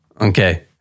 Okay